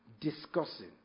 discussing